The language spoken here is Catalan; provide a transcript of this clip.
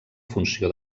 funció